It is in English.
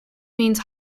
means